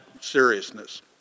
seriousness